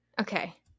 Okay